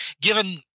given